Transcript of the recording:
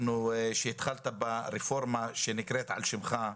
כשהתחלת ברפורמה שנקראת על שמך,